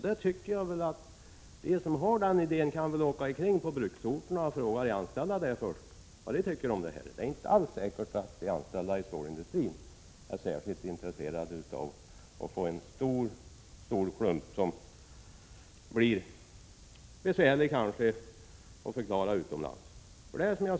De som har idén om ett sådant tycker jag skall resa till bruksorterna och fråga de anställda vad dessa tycker om idén. Det är inte alls säkert att de anställda i stålindustrin är intresserade av att få en så stor stålklump, som kanske blir besvärlig att förklara utomlands.